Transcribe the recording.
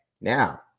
Now